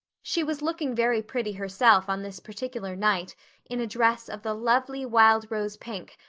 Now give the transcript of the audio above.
she was looking very pretty herself on this particular night in a dress of the lovely wild-rose pink,